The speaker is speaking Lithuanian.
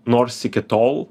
nors iki tol